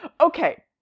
okay